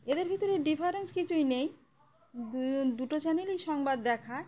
এদের ভিতরে ডিফারেন্স কিছুই নেই দু দুটো চ্যানলেই সংবাদ দেখায়